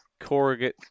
corrugate